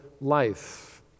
life